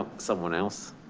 someone else.